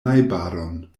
najbaron